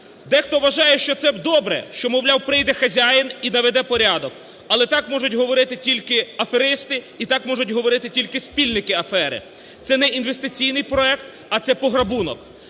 Дехто вважає, що це добре, що, мовляв, прийде хазяїн і наведе порядок. Але так можуть говорити тільки аферисти і так можуть говорити тільки спільники афери. Це не інвестиційний проект, а це – пограбунок.